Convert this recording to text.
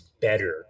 better